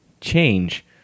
change